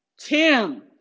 Tim